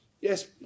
yes